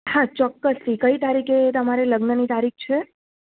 હા ચોક્કસથી કઈ તારીખે તમારે લગ્નની તારીખ છે